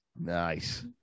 Nice